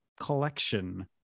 collection